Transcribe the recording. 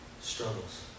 struggles